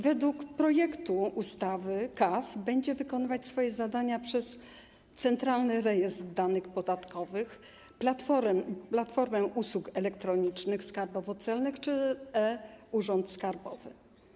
Według projektu ustawy KAS będzie wykonywać swoje zadania poprzez Centralny Rejestr Danych Podatkowych, Platformę Usług Elektronicznych Skarbowo-Celnych czy e-Urząd Skarbowy.